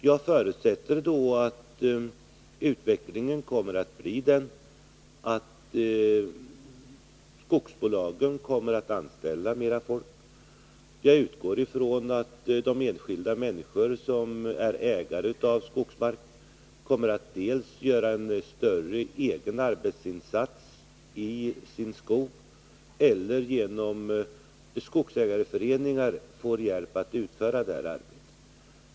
Jag förutsätter att utvecklingen kommer att bli sådan att skogsbolagen anställer fler människor. Jag utgår från att de enskilda människor som är ägare av skogsmark antingen kommer att göra en större egen arbetsinsats i sin skog eller genom skogsägarföreningar få hjälp att utföra arbetet.